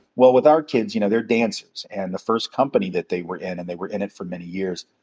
well, with our kids, you know, they're dancers. and the first company that they were in, and they were in it for many years,